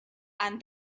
and